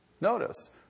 Notice